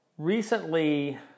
Recently